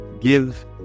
give